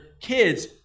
kids